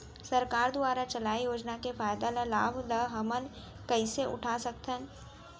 सरकार दुवारा चलाये योजना के फायदा ल लाभ ल हमन कइसे उठा सकथन?